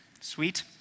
Sweet